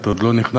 את עוד לא נכנסת,